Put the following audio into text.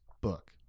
book